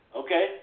okay